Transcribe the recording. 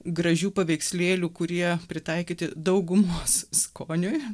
gražių paveikslėlių kurie pritaikyti daugumos skoniui